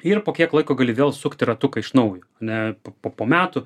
ir po kiek laiko gali vėl sukti ratuką iš naujo ne po po metų